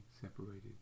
separated